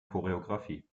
choreografie